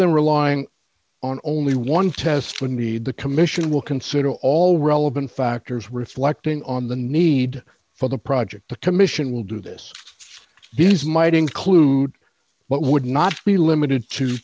than relying on only one test we need the commission will consider all relevant factors reflecting on the need for the project the commission will do this these might include but would not be limited to